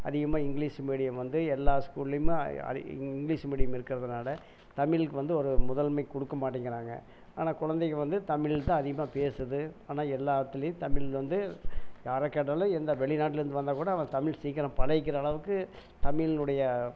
அதிகமாக English medium வந்து எல்லா ஸ்கூல்லேயுமே அது இங்கிலீஷ் மீடியம் இருக்கறதுனால் தமிழுக்கு வந்து ஒரு முதன்மை கொடுக்க மாட்டேங்கிறாங்க ஆனால் குழந்தைங்க வந்து தமிழ் தான் அதிகமாக பேசுது ஆனால் எல்லாத்துலேயும் தமிழ் வந்து யாரைக் கேட்டாலும் எந்த வெளி நாட்டுலேருந்து வந்தால்கூட அவன் தமிழ் சீக்கிரம் பழகிக்கிற அளவுக்கு தமிழினுடைய